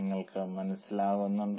നിങ്ങൾക്ക് മനസ്സിലാകുന്നുണ്ടോ